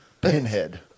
Pinhead